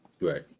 Right